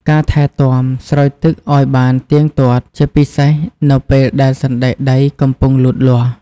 ការថែទាំ ស្រោចទឹកឱ្យបានទៀងទាត់ ជាពិសេសនៅពេលដែលសណ្តែកដីកំពុងលូតលាស់។